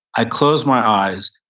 i close my eyes,